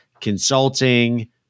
consulting